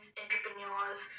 entrepreneurs